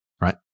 right